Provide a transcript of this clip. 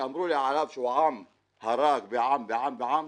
שאמרו לי עליו שהוא עם שהורג איפה.